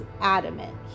adamant